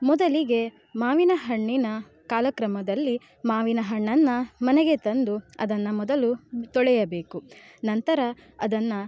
ಮೊದಲಿಗೆ ಮಾವಿನ ಹಣ್ಣಿನ ಕಾಲಕ್ರಮದಲ್ಲಿ ಮಾವಿನ ಹಣ್ಣನ್ನು ಮನೆಗೆ ತಂದು ಅದನ್ನು ಮೊದಲು ತೊಳೆಯಬೇಕು ನಂತರ ಅದನ್ನು